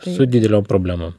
su dideliom problemom